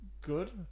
good